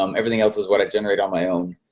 um everything else is what i generate on my own,